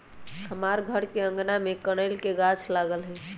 हमर घर के आगना में कनइल के गाछ लागल हइ